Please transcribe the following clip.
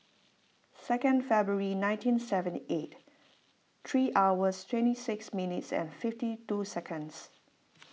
second February nineteen seventy eight three hours twenty six minutes and fifty two seconds